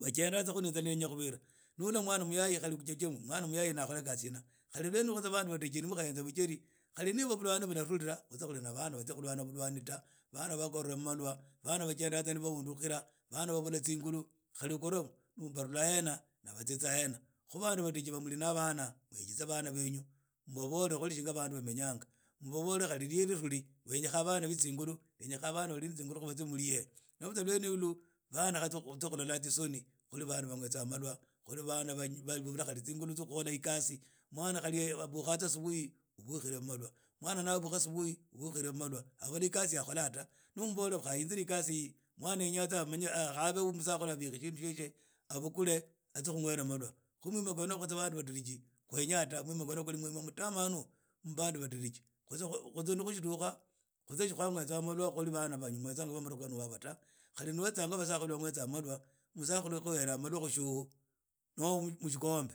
vachendatsa khunu inzala niyenya khuviira, khali nuula mwana muyai uchenya uyu niakhole kasi shina. Khali lwenulu vandu vatirichi nimukhahenza vucheri, khali niva vulwani vularulila, khutse khuli na vana vatsia khulwana vulwani ta. Vana vakorela malwa, vana vachendaatsa nivahundukhila, vana vavula tsingulu, khali ukorwa varula hena na vatsitsaa hena. Khu vandu vatirichi va muli na vana, mwekitse vana venyu, mbavole khuli vana vamenyanga. Mbavole khali lihe liruli kenyekhaa vana vali na tsingulu khuvatsi mulihe. Navuzwa lwenulu vana khali khutse khulolaa tsisoni khuli vandu vang'wetsaa malwa. khuli vana vavula khali tsingulu tsia khukhola ikasi. Mwana avukhatsa asupuhi uvukhile malwa. Mwana navukha asupuhi uvukhile malwa. Avula ikasi yaakholaa ta, nuumbola khahinzire ikasiiyi, mwana yenyatsa akhave wa musakhulu avikhi shindu shieshe, avukule atsi khung'wera malwa. Khu mwima kwenoko khutse vandu vatirichi khwenyaa ta, kwenoko ni mwima mutamanu mmbandu vatirichi. Khutse nikhushitukha khutse shikhwang'wetsaa malwa khuli vana vang'wetsaa malwa matukhu kanu vava ta, khali niwatsaa wa vasakhulu vang'wetsaa malwa, musakhulu yakhurelaa malwa khushihu, noho mushikombe.